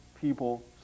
people